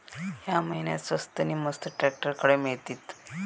या महिन्याक स्वस्त नी मस्त ट्रॅक्टर खडे मिळतीत?